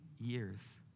years